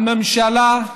הממשלה,